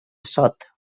sot